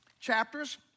chapters